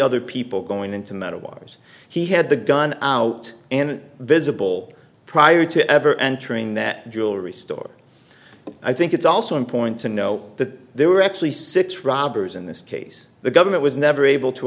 other people going into metal wires he had the gun out and visible prior to ever entering that jewelry store i think it's also important to know that there were actually six robbers in this case the government was never able to